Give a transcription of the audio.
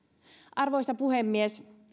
arvoisa puhemies